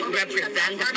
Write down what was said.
represent